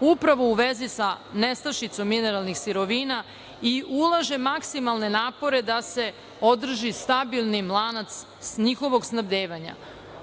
upravo u vezi sa nestašicom mineralnih sirovina i ulaže maksimalne napore da se održi stabilnim lanac njihovog snabdevanja,